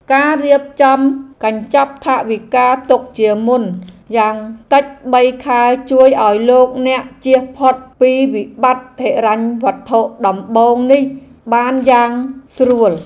ការរៀបចំកញ្ចប់ថវិកាទុកជាមុនយ៉ាងតិចបីខែជួយឱ្យលោកអ្នកជៀសផុតពីវិបត្តិហិរញ្ញវត្ថុដំបូងនេះបានយ៉ាងស្រួល។